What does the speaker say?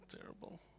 Terrible